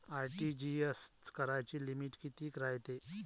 RTGS कराची limit कितीक रायते?